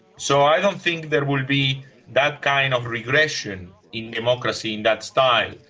so i don't think there will be that kind of regression in democracy in that style.